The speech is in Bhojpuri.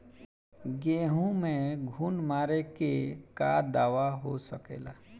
गेहूँ में घुन मारे के का दवा हो सकेला?